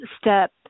step